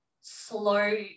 slow